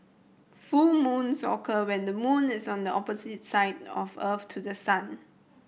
full moons occur when the moon is on the opposite side of Earth to the sun